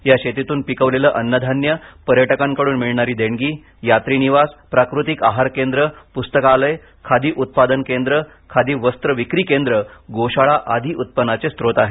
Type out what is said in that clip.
या शेतीतून पिकविलेले अन्नधान्य पर्यटकांकडून मिळणारी देणगी यात्रीनिवास प्राकृतिक आहार केंद्र पुस्तकालयखादी उत्पादन केंद्र खादी वस्त्र विक्रीकेंद्र गोशाळा आदी उत्पन्नाचे स्रोत आहेत